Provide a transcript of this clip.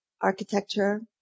architecture